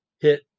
hit